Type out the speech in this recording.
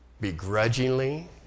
begrudgingly